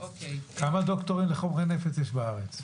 כמה דוקטורים לחומרי נפץ יש בארץ?